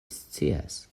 scias